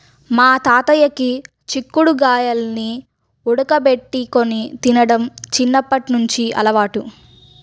మా తాతయ్యకి చిక్కుడు గాయాల్ని ఉడకబెట్టుకొని తినడం చిన్నప్పట్నుంచి అలవాటు